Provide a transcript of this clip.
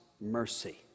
mercy